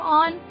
on